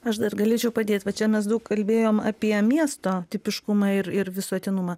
aš dar galėčiau padėt va čia mes daug kalbėjom apie miesto tipiškumą ir ir visuotinumą